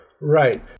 Right